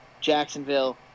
Jacksonville